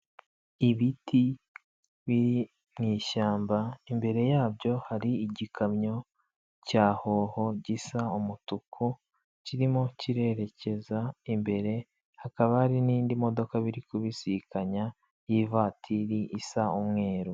Ibiti biri mu ishyamba, imbere yabyo hari igikamyo cya hoho gisa umutuku, kirimo kirerekeza imbere, hakaba hari n'indi modoka biri kubisikana y'ivatiri isa umweru.